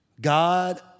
God